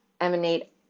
emanate